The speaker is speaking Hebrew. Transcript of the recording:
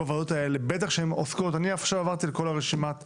אני עכשיו עברתי על כל רשימת הישובים,